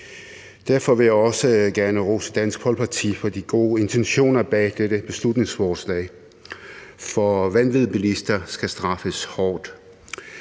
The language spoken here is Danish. Derfor vil jeg også gerne rose Dansk Folkeparti for de gode intentioner bag dette beslutningsforslag, for vanvidsbilister skal straffes hårdt.